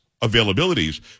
availabilities